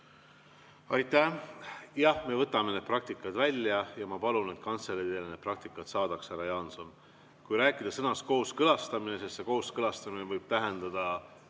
Aitäh! Jah, me võtame need praktikad välja ja ma palun, et kantselei need praktikad saadaks teile, härra Jaanson. Kui rääkida sõnast "kooskõlastamine", siis kooskõlastamine võib tähendada